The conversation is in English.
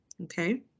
okay